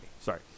Sorry